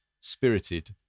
spirited